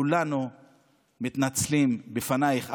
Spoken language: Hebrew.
כולנו מתנצלים בפנייך.